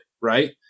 right